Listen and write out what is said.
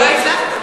לא הצלחת?